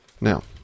Now